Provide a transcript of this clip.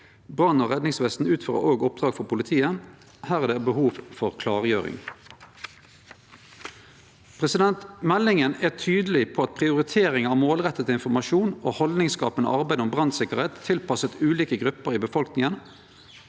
Brann- og redningsvesenet utfører òg oppdrag for politiet. Her er det behov for klargjering. Meldinga er tydeleg på prioritering av målretta informasjon og haldningsskapande arbeid om brannsikkerheit tilpassa ulike grupper i befolkninga